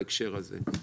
בהקשר הזה.